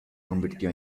convirtió